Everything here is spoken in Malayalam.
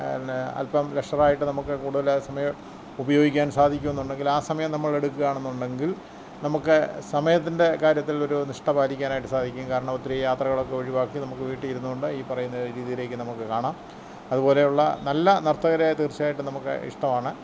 പിന്നെ അൽപ്പം പ്ലഷറായിട്ട് നമുക്ക് കൂടുതലായി സമയം ഉപയോഗിക്കാൻ സാധിക്കൂന്നുണ്ടങ്കിൽ ആ സമയം നമ്മളെടുക്കുവാണെന്നുണ്ടെങ്കിൽ നമുക്ക് സമയത്തിൻ്റെ കാര്യത്തിൽ ഒരു നിഷ്ഠ പാലിക്കാനായിട്ട് സാധിക്കും കാരണം ഒത്തിരി യാത്രകളൊക്കെ ഒഴിവാക്കി നമുക്ക് വീട്ടില് ഇരുന്നുകൊണ്ട് ഈ പറയുന്ന രീതിയിലേക്ക് നമുക്ക് കാണാം അതുപോലെയുള്ള നല്ല നർത്തകരെ തീർച്ചയായിട്ടും നമുക്ക് ഇഷ്ടമാണ്